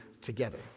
together